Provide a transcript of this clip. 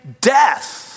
death